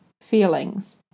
Feelings